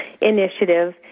initiative